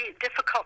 difficult